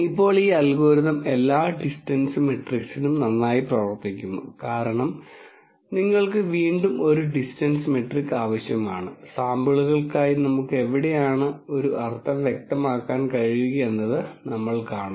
ഇപ്പോൾ ഈ അൽഗോരിതം എല്ലാ ഡിസ്റ്റൻസ് മെട്രിക്സിനും നന്നായി പ്രവർത്തിക്കുന്നു നിങ്ങൾക്ക് വീണ്ടും ഒരു ഡിസ്റ്റൻസ് മെട്രിക് ആവശ്യമാണ് കാരണം സാമ്പിളുകൾക്കായി നമുക്ക് എവിടെയാണ് ഒരു അർത്ഥം വ്യക്തമാക്കാൻ കഴിയുകയെന്നത് നമ്മൾ കാണും